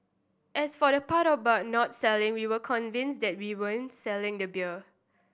as for the part about not selling we were convinced that we weren't selling the beer